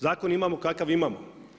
Zakon imamo kakav imamo.